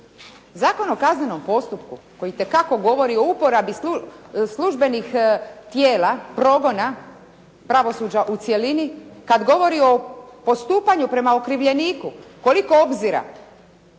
Zakon o kaznenom postupku koji itekako govori o uporabi službenih tijela progona pravosuđa u cjelini, kad govori o postupanju prema okrivljeniku koliko obzira.